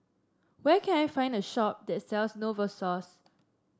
where can I find a shop that sells Novosource